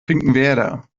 finkenwerder